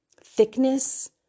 thickness